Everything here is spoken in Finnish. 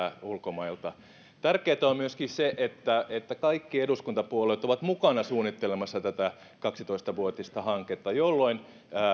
ulkomailta tärkeätä on myöskin se että että kaikki eduskuntapuolueet ovat mukana suunnittelemassa tätä kaksitoista vuotista hanketta jolloin